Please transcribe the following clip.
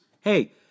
Hey